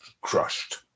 crushed